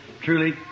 truly